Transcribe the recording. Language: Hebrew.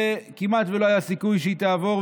כמעט ולא היה סיכוי שהיא תעבור,